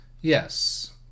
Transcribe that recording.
Yes